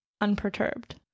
unperturbed